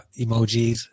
emojis